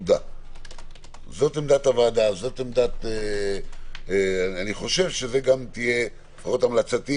זו עמדת הוועדה, זו גם תהיה המלצתי,